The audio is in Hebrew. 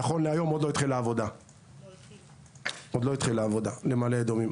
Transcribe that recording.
נכון להיום עוד לא התחילה העבודה למעלה אדומים.